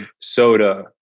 soda